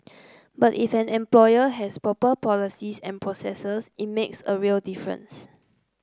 but if an employer has proper policies and processes it makes a real difference